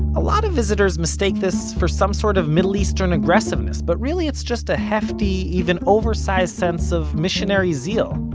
a lot of visitors mistake this for some sort of middle eastern aggressiveness, but really it's just a hefty, even oversized, sense of missionary zeal.